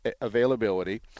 availability